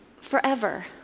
forever